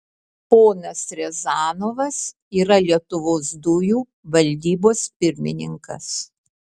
ponas riazanovas yra lietuvos dujų valdybos pirmininkas